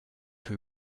who